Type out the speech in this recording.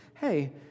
hey